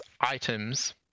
items